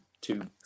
two